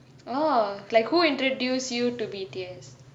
orh like who introduced you to B_T_S